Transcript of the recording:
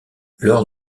lors